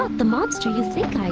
ah the monster you think and i